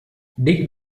dig